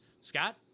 scott